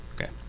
okay